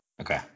Okay